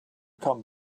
come